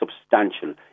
substantial